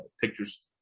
pictures